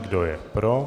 Kdo je pro?